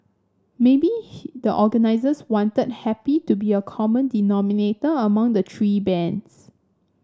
maybe the organisers wanted happy to be a common denominator among the three bands